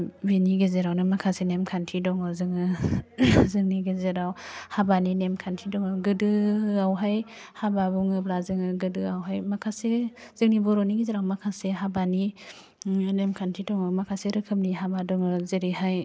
बेनि गेजेरावनो माखासे नेमखान्थि दङ जोङो जोंनि गेजेराव हाबानि नेमखान्थि दङ गोदोयावहाय हाबा बुङोब्ला जोङो गोदोयावहाय माखासे जोंनि बर'नि गेजेराव माखासे हाबानि नेमखान्थि दङ माखासे रोखोमनि हाबा दङ जेरैहाय